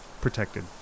protected